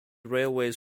railways